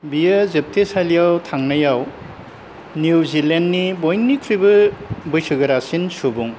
बियो जोबथेसालियाव थांनायाव निउजिलेन्डनि बयनिख्रुइबो बैसोगोरासिन सुबुं